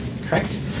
Correct